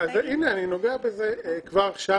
הנה, אני נוגע בזה כבר עכשיו.